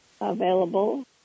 available